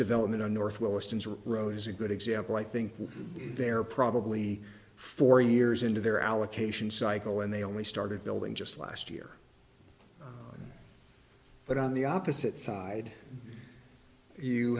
development in northwestern road is a good example i think they're probably four years into their allocation cycle and they only started building just last year but on the opposite side you